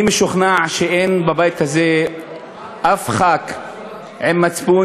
אני משוכנע שאין בבית הזה אף חבר כנסת אחד עם מצפון